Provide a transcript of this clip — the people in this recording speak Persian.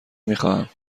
میخواهم